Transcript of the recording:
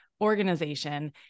organization